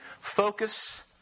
focus